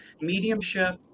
mediumship